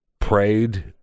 prayed